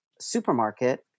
supermarket